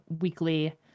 weekly